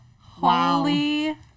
Holy